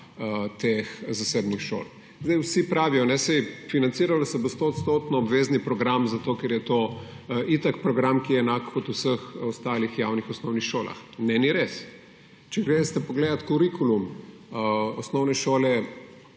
teh zasebnih šol. Vsi pravijo, saj financiralo se bo 100 % obvezni program, zato ker je to itak program, ki je enak kot v vseh ostalih javnih osnovnih šolah. Ne, ni res. Če greste pogledati kurikulum Osnovne šole